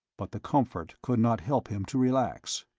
but the comfort could not help him to relax.